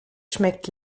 schmeckt